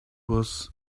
was